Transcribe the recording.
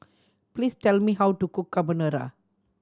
please tell me how to cook Carbonara